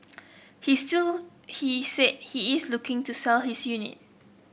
he still he said he is looking to sell his unit